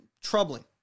troubling